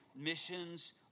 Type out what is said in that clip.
missions